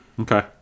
Okay